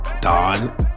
Don